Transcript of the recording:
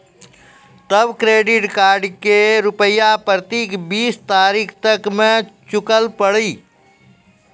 तब credit card के रूपिया प्रतीक बीस तारीख तक मे चुकल पड़ी?